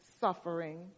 suffering